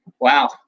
Wow